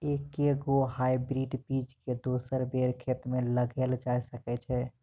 एके गो हाइब्रिड बीज केँ दोसर बेर खेत मे लगैल जा सकय छै?